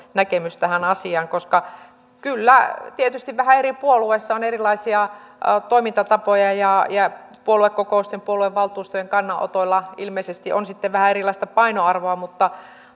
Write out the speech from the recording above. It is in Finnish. näkemys tähän asiaan koska kyllä tietysti eri puolueissa on vähän erilaisia toimintatapoja ja ja puoluekokousten puoluevaltuustojen kannanotoilla ilmeisesti on sitten vähän erilaista painoarvoa mutta